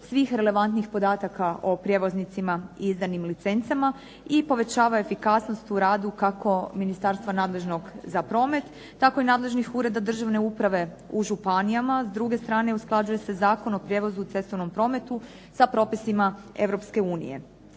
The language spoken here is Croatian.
svih relevantnih podataka o prijevoznicima i izdanim licencama i povećava efikasnost u radu kako ministarstva nadležnog za promet, tako i nadležnih ureda državne uprave u županijama, s druge strane usklađuje se Zakon o prijevozu u cestovnom prometu sa propisima